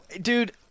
Dude